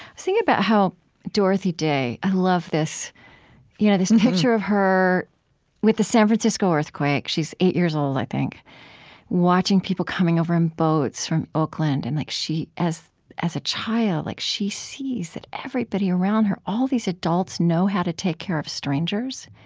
thinking about how dorothy day i love this you know this picture of her with the san francisco earthquake she's eight years old, i think watching people coming over in boats from oakland. and like as a child, like she sees that everybody around her, all these adults, know how to take care of strangers.